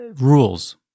rules